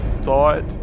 thought